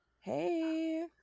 Hey